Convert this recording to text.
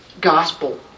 gospel